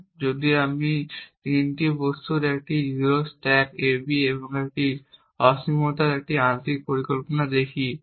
সুতরাং যদি আমি তিনটি বস্তুর একটি 0 স্ট্যাক a b এবং একটি অসীমতার এই আংশিক পরিকল্পনাটি দেখি